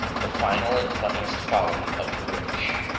the final and funniest folly of the rich.